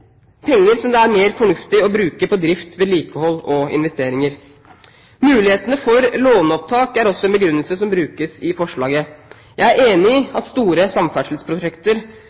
penger som det er mer fornuftig å bruke på drift, vedlikehold og investeringer. Mulighetene for låneopptak er også en begrunnelse som brukes i forslaget. Jeg er enig i at store samferdselsprosjekter